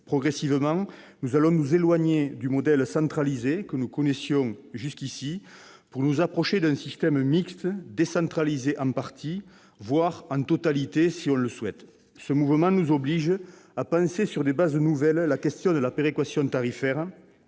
Progressivement, nous allons nous éloigner du modèle centralisé que nous connaissions jusqu'ici pour nous approcher d'un système mixte, décentralisé en partie, voire en totalité, si tel est le souhait. Ce mouvement nous oblige à penser sur des bases nouvelles la question de la péréquation tarifaire,